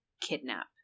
kidnap